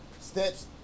steps